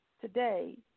Today